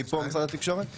מי כאן ממשרד התקשורת?